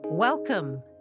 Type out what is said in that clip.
Welcome